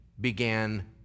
began